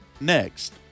next